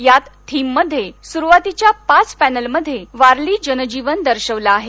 यात थीममध्ये सुरुवातीच्या पाच पॅनेलमध्ये वारली जनजीवन दर्शवलं आहे